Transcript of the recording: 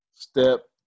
step